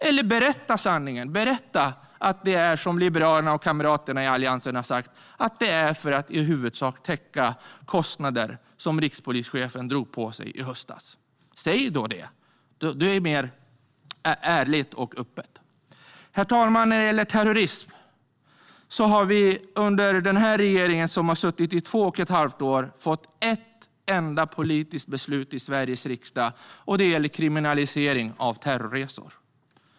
Eller är det, som Liberalerna och kamraterna i Alliansen har sagt, för att i huvudsak täcka kostnader som rikspolischefen drog på sig i höstas? Säg då det i så fall! Det är mer ärligt och öppet. Herr talman! När det gäller terrorism har vi under den här regeringen, som har suttit i två och ett halvt år, fått ett enda politiskt beslut i Sveriges riksdag, och det gäller kriminalisering av terrorresor.